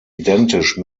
identisch